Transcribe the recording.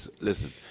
Listen